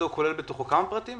כולל בתוכו כמה פרטים?